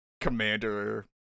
commander